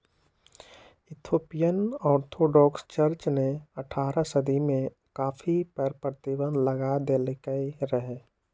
Ethiopian Orthodox church ने अठारह सदी में कॉफ़ी पर प्रतिबन्ध लगा देलकइ रहै